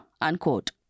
unquote